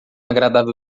agradável